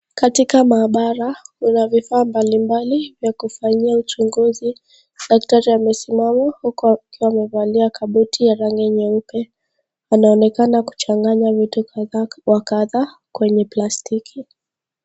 Katika maabala kuna vifaa mbalimbali vya kufanyia uchunguzi. Daktari amesimama huku akiwa amevalia koti la rangi nyeupe, anaonekana kuchanganya vitu kadhaa wa kadhaa kwenye plastiki.